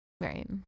Right